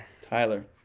Tyler